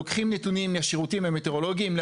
לוקחים נתונים מהשירותים המטאורולוגיים כדי